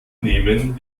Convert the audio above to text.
nehmen